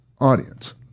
audience